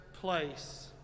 place